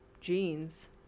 jeans